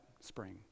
spring